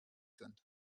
sind